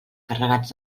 carregats